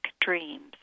dreams